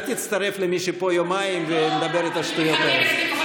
אל תצטרף למי שפה יומיים ואומר את השטויות האלה.